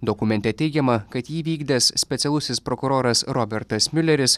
dokumente teigiama kad jį vykdęs specialusis prokuroras robertas miuleris